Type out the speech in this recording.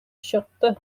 чыкты